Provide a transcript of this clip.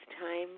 time